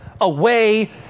away